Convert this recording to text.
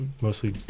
mostly